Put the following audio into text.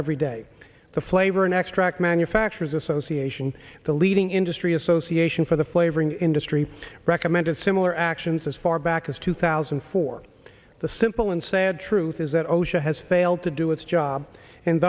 every day the flavor and extract manufacturers association the leading industry association for the flavoring industry recommended similar actions as far back as two thousand and four the simple and sad truth is that osha has failed to do its job and